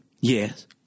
Yes